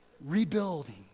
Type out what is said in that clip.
Rebuilding